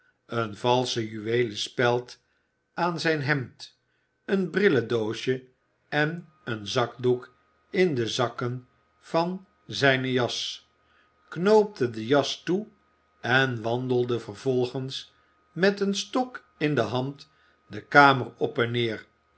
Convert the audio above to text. eene valsche juweelen speld aan zijn hemd een brilledoosje en een zakdoek in de zakken van zijne jas knoopte de jas toe en wandelde vervolgens met een stok in de hand de kamer op en neer